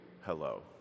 hello